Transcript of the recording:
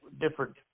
different